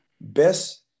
best